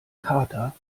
kater